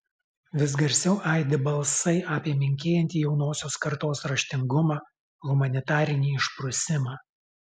vis garsiau aidi balsai apie menkėjantį jaunosios kartos raštingumą humanitarinį išprusimą